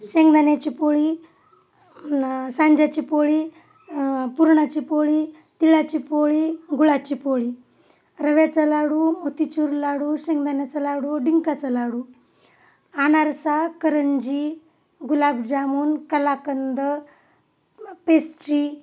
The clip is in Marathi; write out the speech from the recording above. शेंगदाण्याची पोळी सांज्याची पोळी पुरणाची पोळी तिळाची पोळी गुळाची पोळी रव्याचा लाडू मोतीचूर लाडू शेंगदाण्याचा लाडू डिंकाचा लाडू अनारसा करंजी गुलाबजामून कलाकंद पेस्ट्री